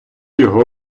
його